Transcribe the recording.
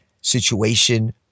situation